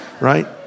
right